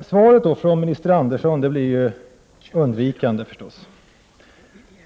Svaret från minister Andersson blir undvikande, förstås.